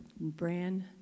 brand